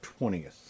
20th